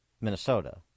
Minnesota